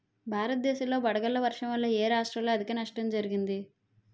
భారతదేశం లో వడగళ్ల వర్షం వల్ల ఎ రాష్ట్రంలో అధిక నష్టం జరిగింది?